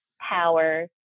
power